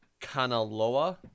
Kanaloa